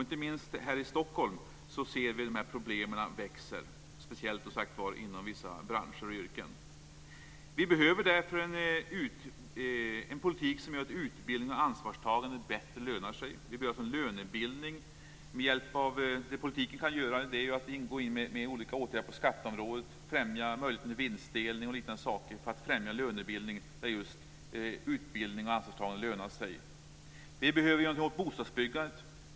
Inte minst här i Stockholm ser vi att de här problemen växer, speciellt, som sagt, inom vissa branscher och yrken. Vi behöver därför en politik som gör att utbildning och ansvarstagande lönar sig bättre. Vi behöver alltså en lönebildning. Med hjälp av politiken kan man gå in med olika åtgärder på skatteområdet, främja möjligheten till vinstdelning och liknande saker, detta för att främja en lönebildning där just utbildning och ansvarstagande lönar sig. Vi behöver göra någonting åt bostadsbyggandet.